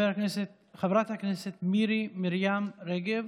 חברת הכנסת מירי מרים רגב,